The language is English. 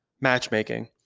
matchmaking